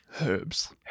herbs